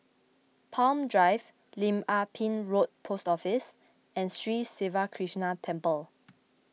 Palm Drive Lim Ah Pin Road Post Office and Sri Siva Krishna Temple